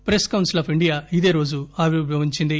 press council of India ఇదేరోజు ఆవిర్భావించింది